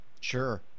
Sure